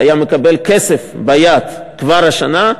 הוא היה מקבל כסף ביד כבר השנה,